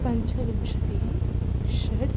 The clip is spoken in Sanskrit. पञ्चविंशतिः षड्